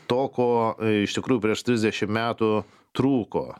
to ko iš tikrųjų prieš trisdešim metų trūko